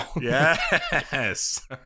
Yes